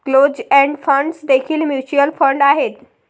closed end funds देखील mutual fund आहेत